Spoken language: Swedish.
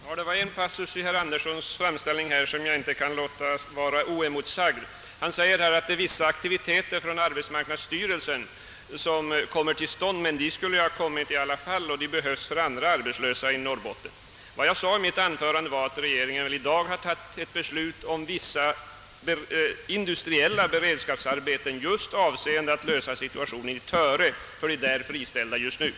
Herr talman! Det var en passus i herr Anderssons i Luleå framställning som jag inte kan låta stå oemotsagd. Han säger att det är vissa aktiviteter från arbetsmarknadsstyrelsens sida som kommer till stånd. De skulle emellertid ha kommit till stånd i alla fall, och de behövs för andra arbetslösa i Norrbotten. Vad jag sade i mitt anförande var att regeringen har fattat ett beslut om vissa industriella beredskapsarbeten just för att lösa situationen i Töre för de där friställda just nu.